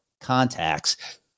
contacts